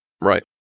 Right